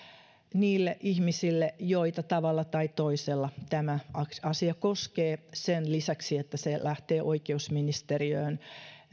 niille ihmisille joita tavalla tai toisella tämä asia koskee sen lisäksi että se lähtee oikeusministeriöön